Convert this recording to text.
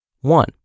One